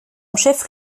chef